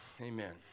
Amen